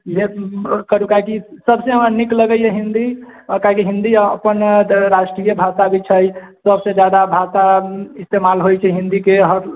इहे सबसे हमरा नीक लगै यऽ हिन्दी ताकि हिन्दी अपन राष्ट्रीय भाषा भी छै सबसे ज्यादा भाषा इस्तेमाल होइ छै हिन्दी के हर